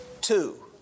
Two